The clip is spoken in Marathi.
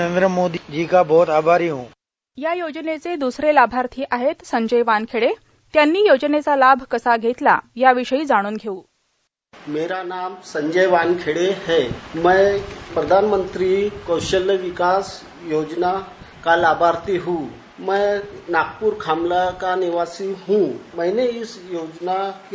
नरेंद्र मोदी जी का बहोत आभारी हूॅ याच योनेचे दुसरे लाभार्थी आहेत संजय वानखेडे त्यांनी योजनेचा लाभ कसा घेतला याविषयी जाणून घेऊ साऊंड बाईट मेरा नाम संजय वानखेडे है मैं प्रधानमंत्री कौशल विकास योजना का लाभार्थी हूॅ मै नागपूर खामला का निवासी हूॅं मुझे इस योजना का पता टी